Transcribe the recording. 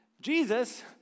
Jesus